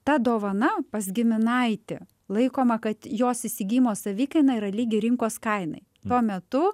ta dovana pas giminaitį laikoma kad jos įsigijimo savikaina yra lygi rinkos kainai tuo metu